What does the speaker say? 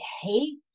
hate